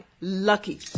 Lucky